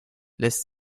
lässt